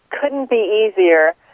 couldn't-be-easier